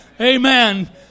Amen